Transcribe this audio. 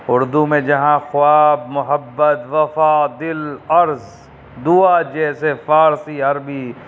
اردو میں جہاں خواب محبت وفا دل عرض دعا جیسے فارسی عربی